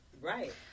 Right